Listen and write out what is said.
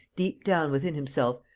deep down within himself,